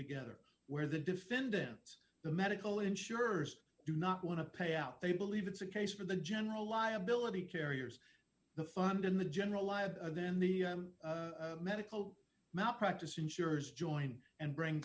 together where the defendants the medical insurers do not want to pay out they believe it's a case for the general liability carriers the fund in the general liable then the medical malpractise insurers join and bring